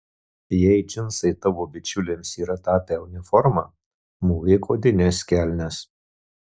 jei džinsai tavo bičiulėms yra tapę uniforma mūvėk odines kelnes